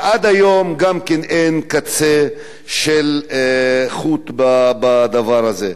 ועד היום גם כן אין קצה של חוט לדבר הזה.